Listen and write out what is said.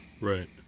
Right